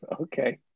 Okay